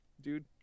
dude